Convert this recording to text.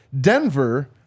Denver